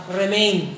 remain